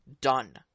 Done